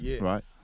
right